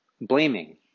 blaming